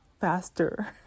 faster